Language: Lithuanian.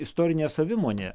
istorinė savimonė